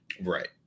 Right